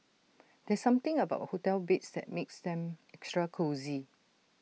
there's something about hotel beds that makes them extra cosy